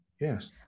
Yes